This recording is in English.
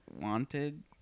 wanted